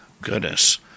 Goodness